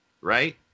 right